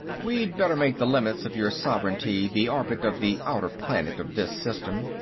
we'd better make the limits of your sovereignty the orbit of the outer planet of this system.